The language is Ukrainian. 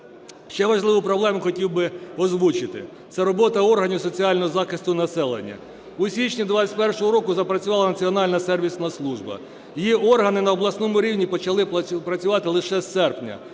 Ще важливу проблему хотів би озвучити – це робота органів соціального захисту населення. У січні 21-го року запрацювала Національна сервісна служба. Її органи на обласному рівні почали працювати лише з серпня,